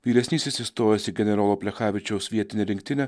vyresnysis įstojęs į generolo plechavičiaus vietinę rinktinę